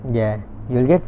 ya you'll get